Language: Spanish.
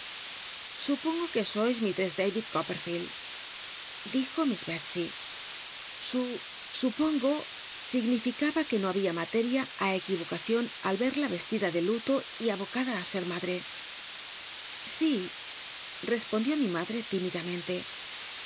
supongo que sois mislrcss darid r opperficld dijo miss delscy su supongo significaba que no babia materia á equivocacion al verla reslida de lulo y abo í ser mac si respond ió mi madre tímidamente